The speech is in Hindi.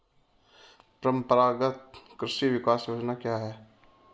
परंपरागत कृषि विकास योजना क्या है?